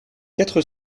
quatre